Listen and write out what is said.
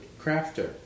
crafter